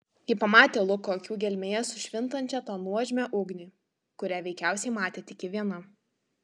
ji pamatė luko akių gelmėje sušvintančią tą nuožmią ugnį kurią veikiausiai matė tik ji viena